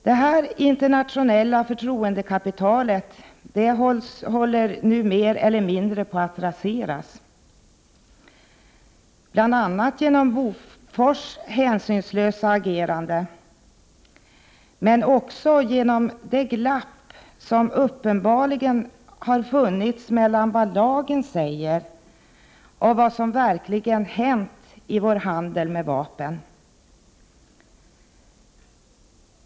/ Det här internationella förtroendekapitalet håller nu mer eller mindre på att raseras, bl.a. genom Bofors hänsynslösa agerande men också genom det glapp som uppenbarligen har funnits mellan vad lagen säger och vad som verkligen hänt när det gäller vår handel med vapen.